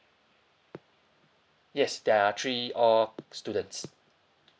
yes there are three all students